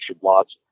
lots